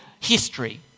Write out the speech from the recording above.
history